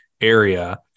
area